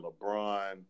LeBron